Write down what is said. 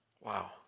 Wow